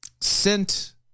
sent